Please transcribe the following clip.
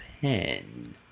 pen